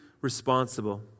responsible